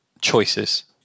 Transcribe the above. choices